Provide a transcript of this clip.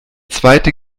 zweite